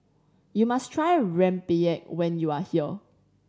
you must try rempeyek when you are here